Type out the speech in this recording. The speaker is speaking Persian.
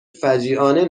فجیعانه